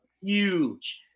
huge